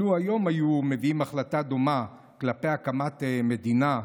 לו היום היו מביאים החלטה דומה כלפי הקמת מדינה,